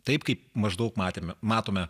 taip kaip maždaug matėme matome